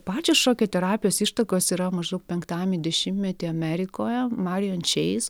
pačios šokio terapijos ištakos yra maždaug penktajame dešimtmety amerikoje marijon čeis